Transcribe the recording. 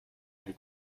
and